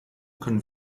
können